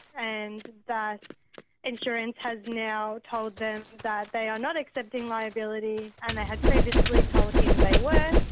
and the insurance has now told them that they are not accepting liability and they had previously told him they were,